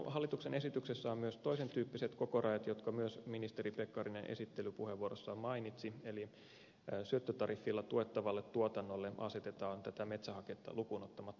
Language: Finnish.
hallituksen esityksessä on myös toisentyyppiset kokorajat jotka ministeri pekkarinen esittelypuheenvuorossaan myös mainitsi eli syöttötariffilla tuettavalle tuotannolle asetetaan tätä metsähaketta lukuun ottamatta ylärajat